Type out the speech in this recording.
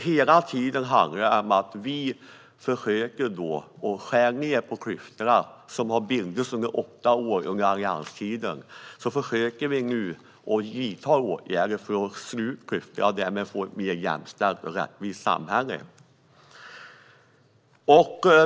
Det handlar om att minska klyftorna som har bildats under åtta alliansår. Vi försöker nu att vidta åtgärder för att sluta klyftorna och därmed få ett mer jämställt och rättvist samhälle. Fru talman!